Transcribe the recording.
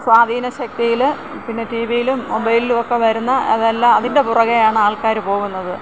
സ്വാധീനശക്തിയിൽ പിന്നെ T V യിലും മൊബൈലിലും ഒക്കെ വരുന്ന അതെല്ലാം അതിൻ്റെ പുറകേയാണ് ആൾക്കാർ പോകുന്നത്